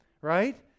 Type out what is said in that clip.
right